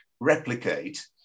replicate